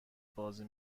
بازی